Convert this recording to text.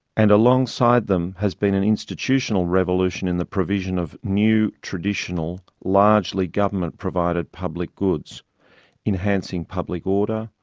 and alongside them has been an institutional revolution in the provision of new traditional largely government provided public goods enhancing public order,